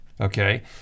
Okay